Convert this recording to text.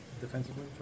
defensively